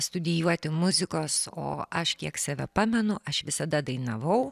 studijuoti muzikos o aš kiek save pamenu aš visada dainavau